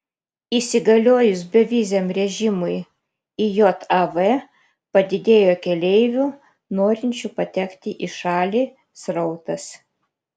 įsigaliojus beviziam režimui į jav padidėjo keleivių norinčių patekti į šalį srautas